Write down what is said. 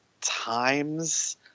times